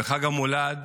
וחג המולד